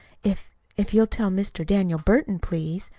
if if you'll tell mr. daniel burton, please,